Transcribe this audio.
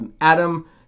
Adam